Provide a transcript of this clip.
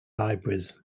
libraries